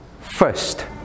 first